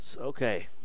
Okay